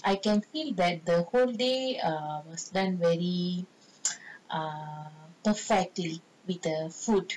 I can feel that the whole day err was done very err perfectly with the food